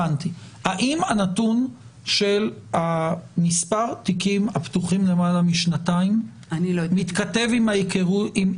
האם הנתון של מספר התיקים הפתוחים למעלה משנתיים מתכתב עם ההכרות שלכן?